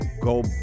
Go